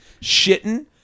shitting